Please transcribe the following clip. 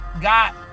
got